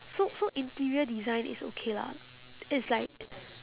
so so interior design is okay lah it's like